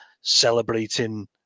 celebrating